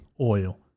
oil